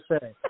say